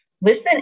Listen